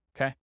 Okay